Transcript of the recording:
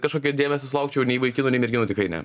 kažkokio dėmesio sulaukčiau nei vaikinų nei merginų tikrai ne